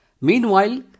Meanwhile